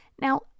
Now